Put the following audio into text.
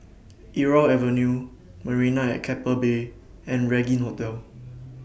Irau Avenue Marina At Keppel Bay and Regin Hotel